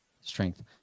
Strength